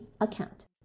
account